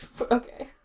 Okay